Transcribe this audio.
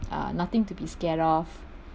uh nothing to be scared of